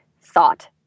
thought